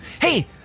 Hey